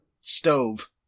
stove